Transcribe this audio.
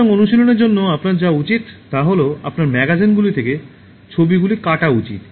সুতরাং অনুশীলনের জন্য আপনার যা করা উচিত তা হল আপনার ম্যাগাজিনগুলি থেকে ছবিগুলি কাটা উচিত